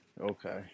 Okay